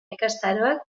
ikastaroak